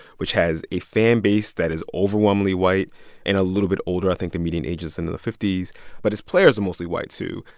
which has a fan base that is overwhelmingly white and a little bit older. i think the median age is and in the fifty s but has players are mostly white, too.